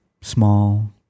small